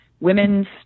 women's